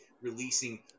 releasing